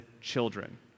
children